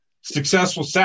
successful